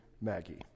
Maggie